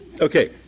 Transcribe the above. Okay